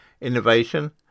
innovation